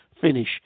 finish